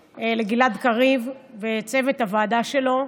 קריב ולצוות הוועדה שלו,